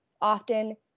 Often